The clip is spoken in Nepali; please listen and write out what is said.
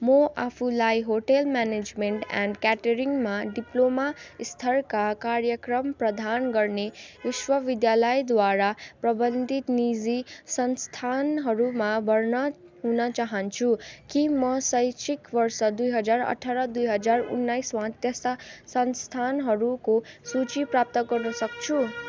म आफूलाई होटेल म्यानेज्मेन्ट एन्ड क्याटरिङमा डिप्लोमा स्तरका कार्यक्रम प्रदान गर्ने विश्वविद्यालयद्वारा प्रवान्धित निजी संस्थानहरूमा भर्ना हुन चाहन्छु के म शैक्षिक वर्ष दुई हजार अठार दुई हजार उन्नाइसमा त्यस्ता संस्थानहरूको सूची प्राप्त गर्न सक्छु